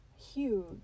huge